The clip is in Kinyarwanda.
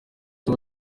uwo